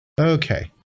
Okay